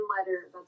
letter